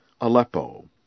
Aleppo